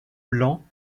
blancs